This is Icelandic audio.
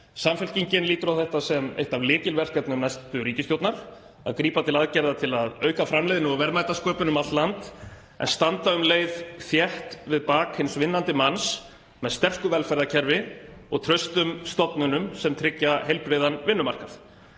Samfylkingin lítur á þetta sem eitt af lykilverkefnum næstu ríkisstjórnar; að grípa til aðgerða til að auka framleiðni og verðmætasköpun um allt land en standa um leið þétt við bak hins vinnandi manns með sterku velferðarkerfi og traustum stofnunum sem tryggja heilbrigðan vinnumarkað.